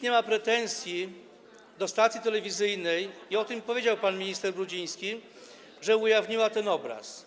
nie ma pretensji do stacji telewizyjnej, i o tym powiedział pan minister Brudziński, że ujawniła ten obraz.